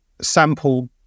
sample